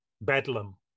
Bedlam